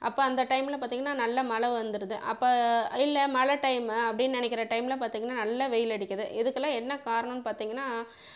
அப்போ அந்த டைமில் பார்த்தீங்கன்னா நல்ல மழை வந்துடுது அப்போ இல்லை மழை டைம் அப்படின்னு நினைக்கிற டைமில் பார்த்தீங்கன்னா நல்ல வெயில் அடிக்குது இதுக்கெல்லாம் என்ன காரணம்னு பார்த்தீங்கன்னா